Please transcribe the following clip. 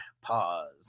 Pause